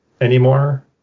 anymore